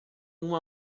uma